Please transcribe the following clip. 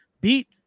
beat